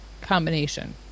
Combination